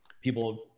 people